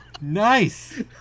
nice